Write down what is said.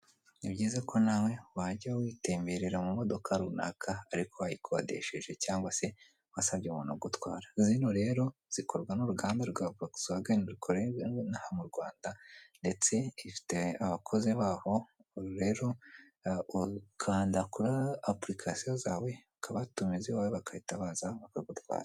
Ni byiza ko nawe wajya witemberera mu modoka runaka ariko wayikodesheje cyangwa se wasabye umuntu gutwara, zino rero zikorwa n'uruganda rwa vogisi vageni rukorera inaha mu Rwanda, ndetse ifite abakozi baho rero ukanda kuri apurikasiyo zawe, ukabatumiza iwawe bagahita baza bakagutwara.